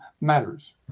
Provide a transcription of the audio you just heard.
matters